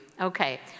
Okay